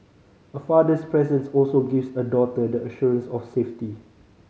a father's presence also gives a daughter the assurance of safety